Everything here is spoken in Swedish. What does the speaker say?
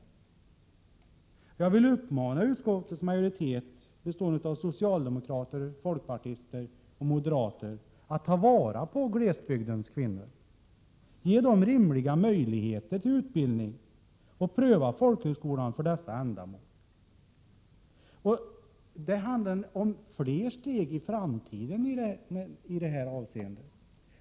Jag vill uppmana utskottets majoritet, bestående av socialdemokrater, folkpartister och moderater, att ta vara på glesbygdens kvinnor. Ge dem rimliga möjligheter till utbildning, och pröva folkhögskolan för dessa ändamål! Det handlar om flera steg i detta avseende i framtiden.